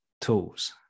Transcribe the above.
tools